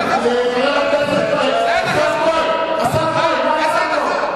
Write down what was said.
מה הצעקות?